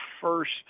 first